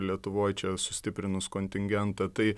lietuvoj čia sustiprinus kontingentą tai